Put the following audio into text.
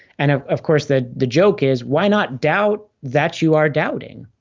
and ah of course that the joke is, why not doubt that you are doubting?